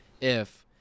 if-